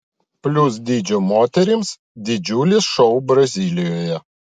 plius dydžio moterims didžiulis šou brazilijoje